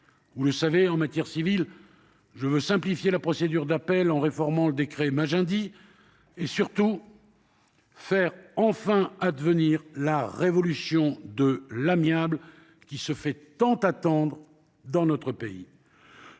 Vous le savez, en matière civile, je veux simplifier la procédure d'appel en réformant le décret Magendie et surtout faire enfin advenir la révolution de l'amiable, qui se fait tant attendre dans notre pays.